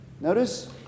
Notice